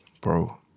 bro